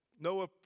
Noah